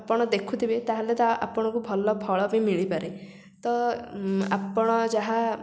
ଆପଣ ଦେଖୁଥିବେ ତାହେଲେ ତ ଆପଣଙ୍କୁ ଭଲ ଫଳ ବି ମିଳିପାରେ ତ ଆପଣ ଯାହା